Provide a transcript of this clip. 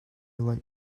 like